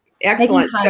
excellent